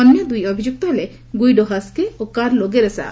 ଅନ୍ୟ ଦୁଇ ଅଭିଯୁକ୍ତ ହେଲେ ଗୁଇଡୋ ହାସ୍କେ ଓ କାର୍ଲୋ ଗେରୋସା